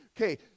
okay